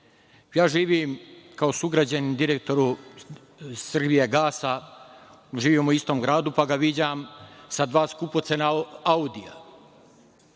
živim kao sugrađanin, direktora „Srbijagasa“, živimo u istom gradu, pa ga viđam sa dva skupocena Audija.